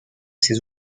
ses